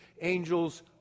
angels